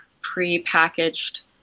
pre-packaged